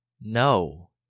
No